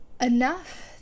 enough